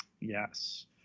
Yes